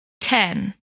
Ten